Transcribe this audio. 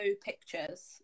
pictures